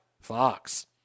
Fox